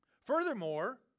Furthermore